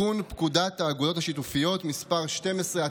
לתיקון פקודת האגודות השיתופיות (מס' 12),